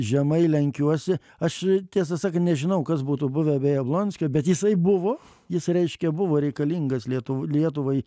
žemai lenkiuosi aš tiesą sakant nežinau kas būtų buvę be jablonskio bet jisai buvo jis reiškia buvo reikalingas lietuv lietuvai